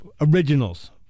originals